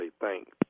thanks